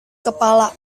kepala